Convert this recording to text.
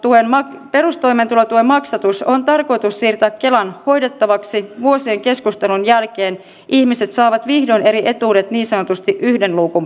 koska perustoimeentulotuen maksatus on tarkoitus siirtää kelan hoidettavaksi vuosien keskustelun jälkeen ihmiset saavat vihdoin eri etuudet niin sanotusti yhden luukun periaatteella